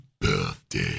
birthday